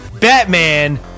Batman